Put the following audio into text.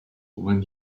when